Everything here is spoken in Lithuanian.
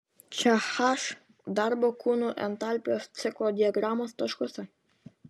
čia h darbo kūnų entalpijos ciklo diagramos taškuose